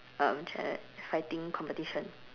um challenge fighting competition